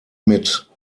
mit